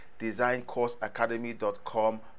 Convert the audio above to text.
designcourseacademy.com